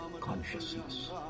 consciousness